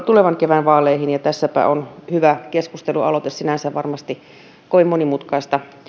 tulevan kevään vaaleihin tässäpä on hyvä keskustelualoite sinänsä varmasti kovin monimutkaista